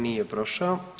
Nije prošao.